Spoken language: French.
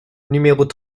numéros